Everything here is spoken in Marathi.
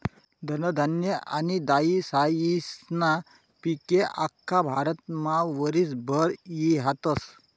धनधान्य आनी दायीसायीस्ना पिके आख्खा भारतमा वरीसभर ई हातस